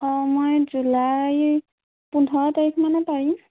অঁ মই জুলাইৰ পোন্ধৰ তাৰিখ মানে পাৰিম